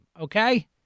Okay